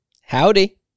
Howdy